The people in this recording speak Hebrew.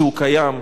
שהוא קיים.